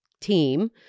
team